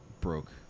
broke